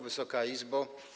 Wysoka Izbo!